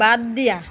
বাদ দিয়া